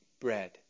bread